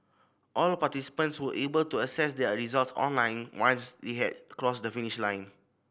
all participants were able to access their results online once they had crossed the finish line